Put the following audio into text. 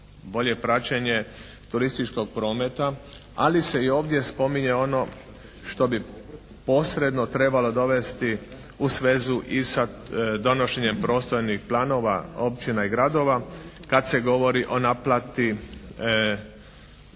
bolje praćenje turističkog promet, ali se i ovdje spominje ono što bi posredno trebalo dovesti u svezu i sa donošenjem prostornih planova općina i gradova kad se govori o naplati